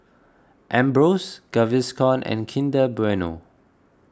Ambros Gaviscon and Kinder Bueno